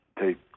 take